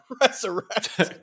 resurrect